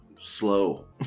slow